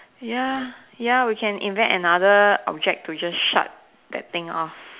ya ya we can invent another object to just shut that thing off